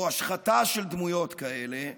או השחתה של דמויות כאלה,